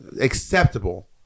acceptable